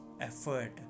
effort